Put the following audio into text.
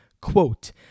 quote